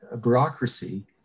bureaucracy